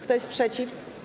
Kto jest przeciw?